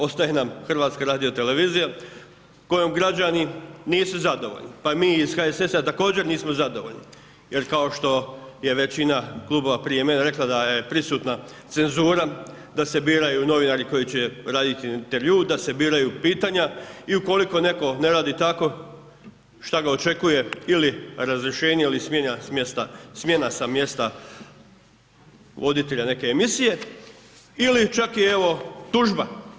Ostaje nam HRT kojom građani nisu zadovoljni pa i mi HSS-a također nismo zadovoljni jer kao što je većina klubova prije mene rekla da je prisutna cenzura, da se biraju novinari, koji će raditi intervju, da se biraju pitanja i ukoliko ne radi tako, što ga očekuje ili razriješene ili smjena sa mjesta voditelja neke emisije ili čak i evo, tužba.